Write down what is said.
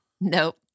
Nope